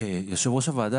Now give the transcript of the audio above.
יושב-ראש הוועדה,